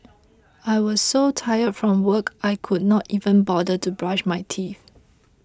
I was so tired from work I could not even bother to brush my teeth